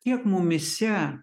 kiek mumyse